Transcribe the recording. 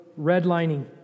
redlining